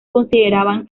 consideraban